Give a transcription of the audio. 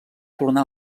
tornar